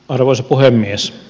arvoisa puhemies